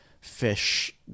fish